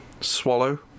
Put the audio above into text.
swallow